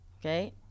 okay